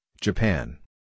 Japan